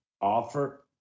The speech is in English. Offer